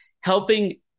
Helping